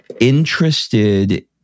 interested